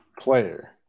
player